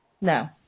No